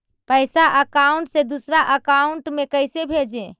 पैसा अकाउंट से दूसरा अकाउंट में कैसे भेजे?